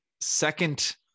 second